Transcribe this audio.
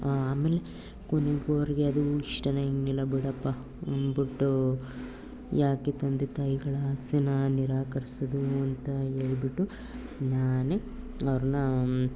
ಆಮೇಲೆ ಕೊನೆಗೂ ಅವರಿಗೆ ಅದು ಇಷ್ಟನೇ ಇನ್ನಿಲ್ಲ ಬಿಡಪ್ಪ ಅಂದ್ಬಿಟ್ಟು ಏಕೆ ತಂದೆ ತಾಯಿಗಳ ಆಸೆನಾ ನಿರಾಕರ್ಸಿದ್ರೂ ಅಂತ ಹೇಳ್ಬಿಟ್ಟು ನಾನೇ ಅವ್ರನ್ನ